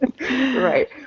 Right